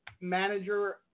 manager